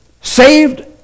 saved